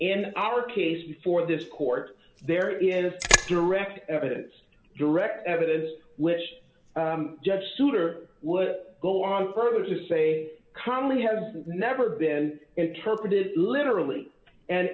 in our case before this court there is direct evidence direct evidence which judge souter would go on further to say calmly has never been interpreted literally and